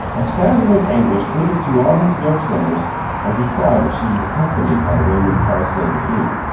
a spasm of anguish flitted through all his nerve-centres as he saw that she was accompanied by raymond parsloe devine.